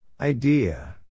Idea